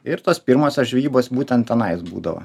ir tos pirmosios žvejybos būtent tenais būdavo